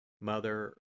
Mother